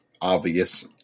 obvious